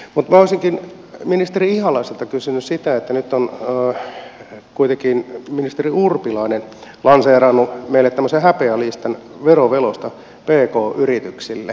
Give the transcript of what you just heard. mutta minä olisinkin ministeri ihalaiselta kysynyt sitä että nyt on kuitenkin ministeri urpilainen lanseerannut meille tämmöisen häpeälistan veroveloista pk yrityksille